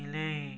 ବିଲେଇ